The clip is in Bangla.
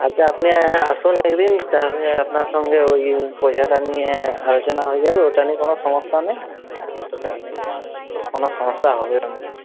আচ্ছা আপনি আসুন একদিন তাহলে আপনার সঙ্গে ওই পয়সাটা নিয়ে আলোচনা হয়ে যাবে ওইটা নিয়ে কোনো সমস্যা নেই ওটা আমি কোনো সমস্যা হবে না